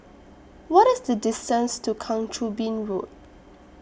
What IS The distance to Kang Choo Bin Road